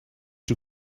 too